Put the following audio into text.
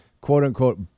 quote-unquote